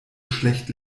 schlecht